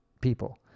people